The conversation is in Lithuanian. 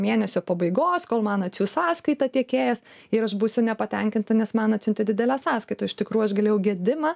mėnesio pabaigos kol man atsiųs sąskaitą tiekėjas ir aš būsiu nepatenkinta nes man atsiuntė didelę sąskaitą iš tikrųjų aš galėjau gedimą